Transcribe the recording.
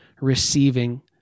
receiving